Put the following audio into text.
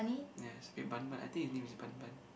yes wait Bun Bun I think it's name is Bun Bun